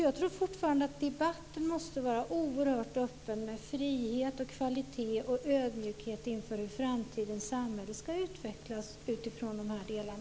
Jag tror fortfarande att debatten måste vara oerhört öppen, med frihet, kvalitet och ödmjukhet inför hur framtidens samhälle ska utvecklas, utifrån dessa delar.